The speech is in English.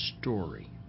story